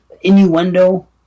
innuendo